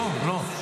לא, לא.